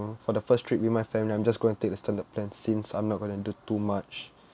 for the first trip with my family I'm just gonna take the standard plan since I'm not going to do too much